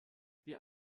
wir